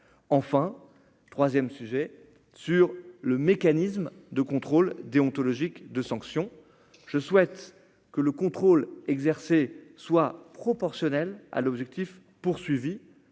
enfin 3ème sujet sur le mécanisme de contrôle déontologique de sanctions, je souhaite que le contrôle exercé soit proportionnel à l'objectif poursuivi